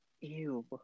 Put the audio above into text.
Ew